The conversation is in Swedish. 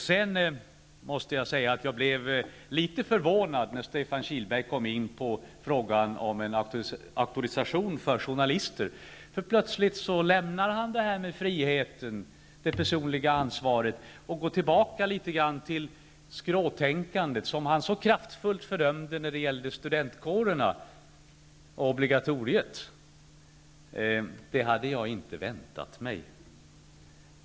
Sedan måste jag säga att jag blev litet förvånad när Stefan Kihlberg kom in på frågan om en auktorisation för journalister. Plötsligt lämnar han detta med friheten, det personliga ansvaret, och går tillbaka litet grand till skråtänkandet som han så kraftfullt fördömde när det gällde studentkårerna och obligatoriet. Det hade jag inte väntat mig.